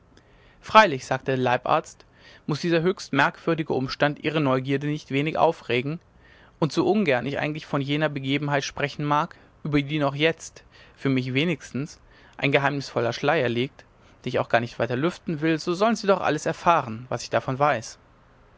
freilich sagte der leibarzt muß dieser höchst merkwürdige umstand ihre neugierde nicht wenig aufregen und so ungern ich eigentlich von jener begebenheit sprechen mag über die noch jetzt für mich wenigstens ein geheimnisvoller schleier liegt den ich auch weiter gar nicht lüften will so sollen sie doch alles erfahren was ich davon weiß